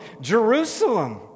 Jerusalem